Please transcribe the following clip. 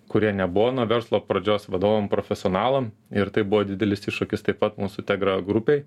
kurie nebuvo nuo verslo pradžios vadovam profesionalam ir tai buvo didelis iššūkis taip pat mūsų tegra grupei